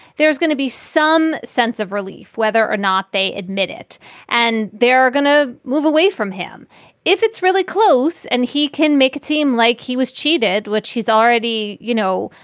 there's going to be some sense of relief whether or not they admit it and they're going to move away from him if it's really close and he can make it seem like he was cheated, which he's already, you know,